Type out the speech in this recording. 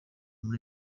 muri